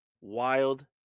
wild